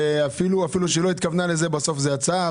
ואפילו שהיא לא התכוונה לזה בסוף זה יצא,